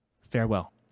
Farewell